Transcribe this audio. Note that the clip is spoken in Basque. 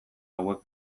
hauek